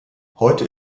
heute